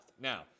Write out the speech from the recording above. Now